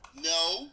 No